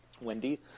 Wendy